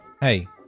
Hey